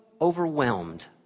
overwhelmed